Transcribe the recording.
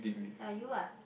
uh you ah